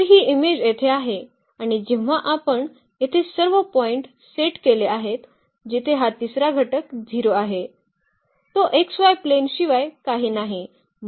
तर ही इमेज येथे आहे आणि जेव्हा आपण येथे सर्व पॉइंट्स सेट केले आहेत जिथे हा तिसरा घटक 0 आहे तो xy प्लेनशिवाय काही नाही